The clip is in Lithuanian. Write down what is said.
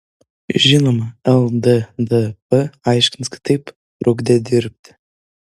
žinoma lddp aiškins kitaip trukdė dirbti